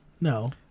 No